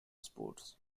sports